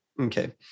Okay